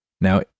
Now